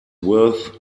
worth